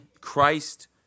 Christ